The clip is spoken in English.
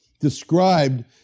described